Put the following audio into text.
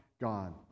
God